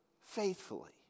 faithfully